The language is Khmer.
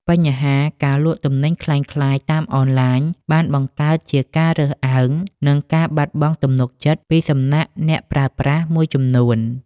បញ្ហាការលក់ទំនិញក្លែងក្លាយតាមអនឡាញ បានបង្កើតជាការរើសអើង និងការបាត់បង់ទំនុកចិត្តពីសំណាក់អ្នកប្រើប្រាស់មួយចំនួន។